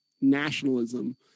nationalism